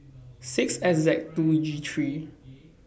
six S Z two G three